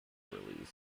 released